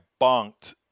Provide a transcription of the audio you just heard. bonked